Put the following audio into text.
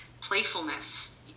playfulness